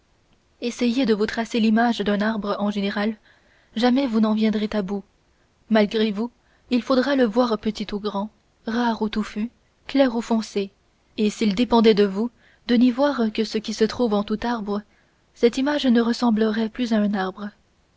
essayez de vous tracer l'image d'un arbre en général jamais vous n'en viendrez à bout malgré vous il faudra le voir petit ou grand rare ou touffu clair ou foncé et s'il dépendait de vous de n'y voir que ce qui se trouve en tout arbre cette image ne ressemblerait plus à un arbre